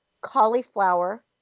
cauliflower